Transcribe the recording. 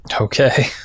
Okay